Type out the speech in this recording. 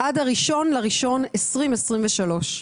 עד ה-1.1.2023.